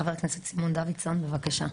חבר הכנסת סימון דוידסון, בבקשה.